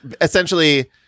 essentially